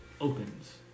opens